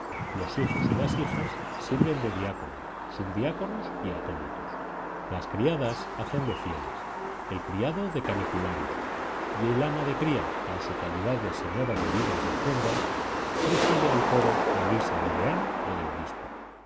los hijos y las hijas sirven de diácono subdiácono y acólitos las criadas hacen de fieles el criado de caniculario y el ama de cría en su calidad de señora de vidas y haciendas preside el coro a guisa de deán o de obispo